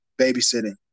babysitting